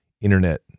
Internet